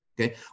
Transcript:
okay